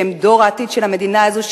שהם דור העתיד של המדינה הזו,